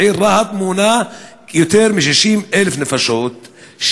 העיר רהט מונה יותר מ-60,000 נפשות,